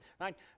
right